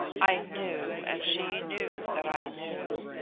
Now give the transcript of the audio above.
i knew, and she knew that i knew.